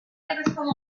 matemáticos